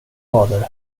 fader